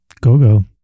Go-Go